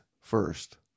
first